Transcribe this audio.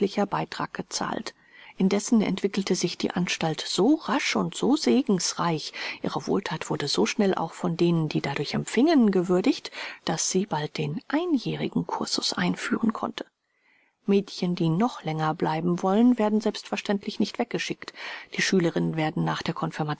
beitrag gezahlt indessen entwickelte sich die anstalt so rasch und so segensreich ihre wohlthat wurde so schnell auch von denen die dadurch empfingen gewürdigt daß sie bald den einjährigen cursus einführen konnte mädchen die noch länger bleiben wollen werden selbstverständlich nicht weggeschickt die schülerinnen werden nach der